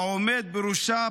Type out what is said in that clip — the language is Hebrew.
העומד בראשה,